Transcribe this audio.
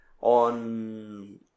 on